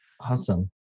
Awesome